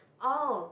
oh